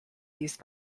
used